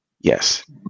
Yes